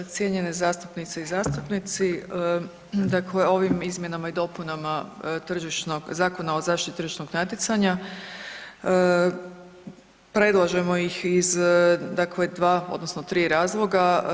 Cijenjene zastupnice i zastupnici, dakle ovim izmjenama i dopunama tržišnog Zakona o zaštiti tržišnog natjecanja predlažemo ih iz dakle 2 odnosno 3 razloga.